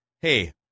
hey